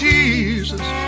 Jesus